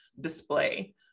display